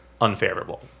unfavorable